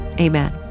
amen